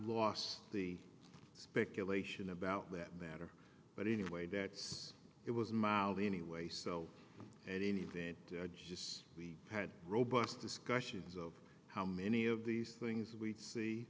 lost the speculation about that matter but anyway that's it was mild anyway so anything just we had robust discussions of how many of these things we'd see